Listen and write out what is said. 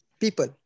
people